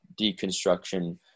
deconstruction